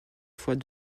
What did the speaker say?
fois